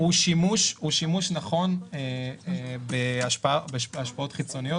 -- הוא שימוש נכון בהשפעות חיצוניות,